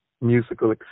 musical